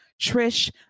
Trish